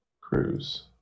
cruise